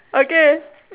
okay